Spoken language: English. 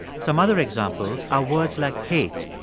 some other examples are words like hate,